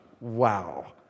Wow